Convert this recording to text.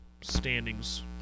standings